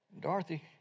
Dorothy